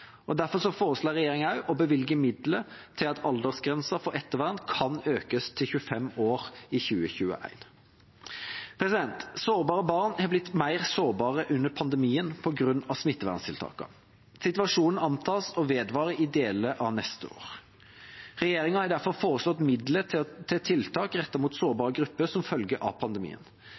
Derfor foreslår regjeringa også å bevilge midler til at aldersgrensen for ettervern kan økes til 25 år fra 2021. Sårbare barn har blitt mer sårbare under pandemien på grunn av smitteverntiltakene. Situasjonen antas å vedvare i deler av neste år. Regjeringa har derfor foreslått midler til tiltak rettet mot sårbare grupper som følge av pandemien.